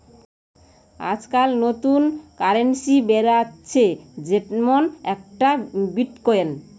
আজকাল নতুন কারেন্সি বেরাচ্ছে যেমন একটা বিটকয়েন